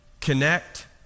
connect